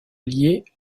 liés